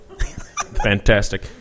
Fantastic